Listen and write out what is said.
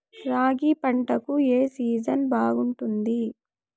రాగి పంటకు, ఏ సీజన్ బాగుంటుంది?